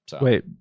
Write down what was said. Wait